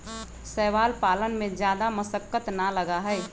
शैवाल पालन में जादा मशक्कत ना लगा हई